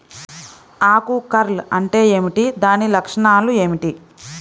ఆకు కర్ల్ అంటే ఏమిటి? దాని లక్షణాలు ఏమిటి?